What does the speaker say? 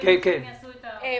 ידינו שהם יעשו את העבודה.